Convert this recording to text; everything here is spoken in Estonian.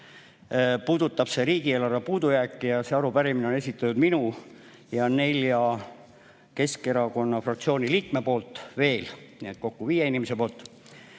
puudutab riigieelarve puudujääki ja see arupärimine on esitatud minu ja veel nelja Keskerakonna fraktsiooni liikme poolt, nii et kokku viie inimese poolt.